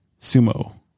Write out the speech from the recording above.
sumo